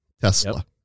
Tesla